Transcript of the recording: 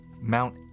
Mount